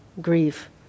grief